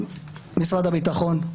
משרד הביטחון,